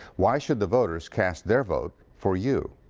why should the voters cast their vote for you.